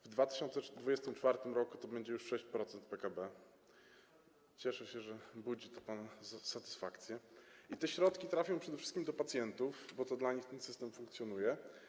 W 2024 r. to będzie już 6% PKB - cieszę się, że budzi to pana satysfakcję - i te środki trafią przede wszystkim do pacjentów, bo to dla nich ten system funkcjonuje.